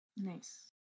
Nice